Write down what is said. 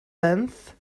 tenth